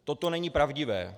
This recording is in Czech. Toto není pravdivé.